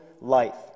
life